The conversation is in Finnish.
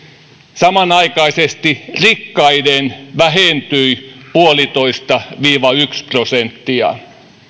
samanaikaisesti rikkaiden vähentyi yksi pilkku viisi viiva yksi prosenttia